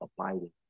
abiding